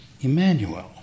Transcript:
Emmanuel